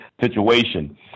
situation